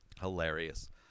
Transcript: Hilarious